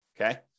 Okay